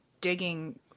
digging